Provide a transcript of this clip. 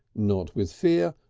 not with fear,